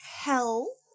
hell